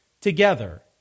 together